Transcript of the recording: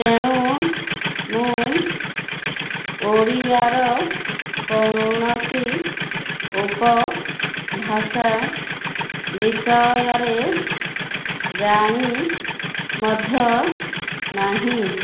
ତେଣୁ ମୁଁ ଓଡ଼ିଆର କୌଣସି ଉପଭାଷା ବିଷୟରେ ଜାଣି ମଧ୍ୟ ନାହିଁ